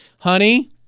Honey